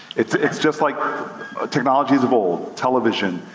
it's it's just like technologies of old. television,